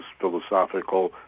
philosophical